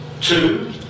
Two